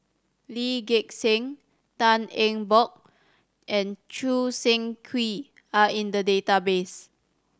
Lee Gek Seng Tan Eng Bock and Choo Seng Quee are in the database